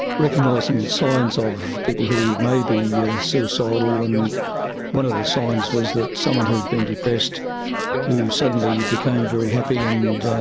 recognising the signs of people who may be yeah suicidal. and one of the signs was that someone who'd been depressed who suddenly became very happy and